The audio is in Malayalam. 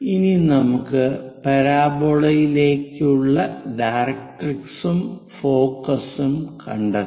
ഇനി നമുക്ക് പരാബോളയിലേക്കുള്ള ഡയറക്ട്രിക്സ് ഉം ഫോക്കസ് ഉം കണ്ടെത്താം